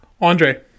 Andre